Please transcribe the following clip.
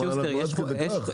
למה מה אנחנו עד כדי כך?